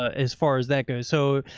ah as far as that goes. so,